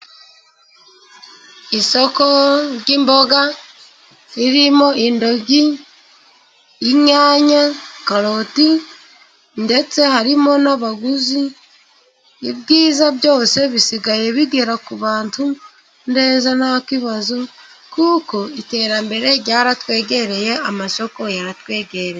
Isoko ry'imboga, ririmo intoryi, inyanya, karoti, ndetse harimo n'abaguzi. Ibyiza byose bisigaye bigera ku bantu neza nta kibazo kuko iterambere ryaratwegereye, amasoko yaratwegereye.